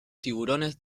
tiburones